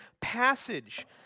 passage